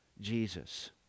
Jesus